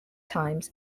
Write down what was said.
times